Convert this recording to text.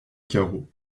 carreau